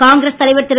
காங்கிரஸ் தலைவர் திரு